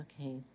Okay